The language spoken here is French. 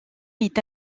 est